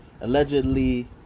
allegedly